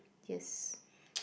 yes